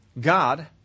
God